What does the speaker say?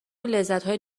لذتهای